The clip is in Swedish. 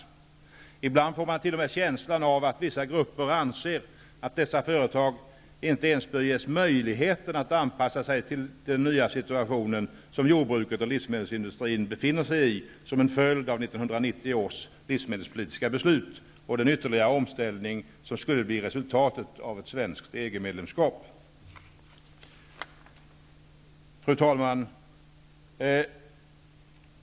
Ibland får man t.o.m. känslan av att vissa grupper anser att dessa företag inte ens bör ges möjligheten att anpassa sig till den nya situation som jordbruket och livsmedelsindustrin befinner sig i som en följd av 1990 års livsmedelspolitiska beslut och den ytterligare omställning som skulle bli resultatet av ett svenskt EG-medlemskap. Fru talman!